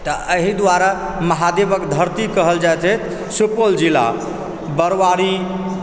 तऽ अहि दुआरे महादेवके धरती कहल जाइ छै सुपौल जिला बरवारी